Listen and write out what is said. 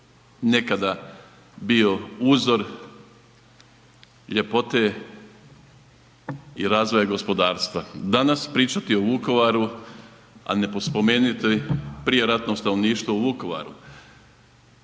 nekada bio uzor ljepote i razvoja gospodarstva. Danas pričati o Vukovaru, a ne spomenuti prijeratno stanovništvo u Vukovaru,